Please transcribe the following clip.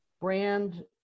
brand